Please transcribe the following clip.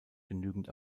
genügend